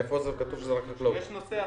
איפה כתוב שזה רק בנושא החקלאות?